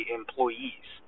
employees